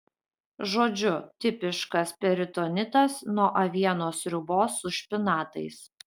žodžiu tipiškas peritonitas nuo avienos sriubos su špinatais